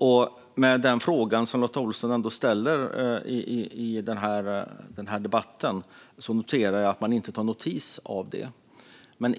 Utifrån den fråga som Lotta Olsson ställer i den här debatten noterar jag att man inte tar notis om dem.